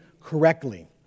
correctly